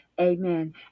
amen